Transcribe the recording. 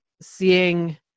seeing